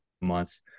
months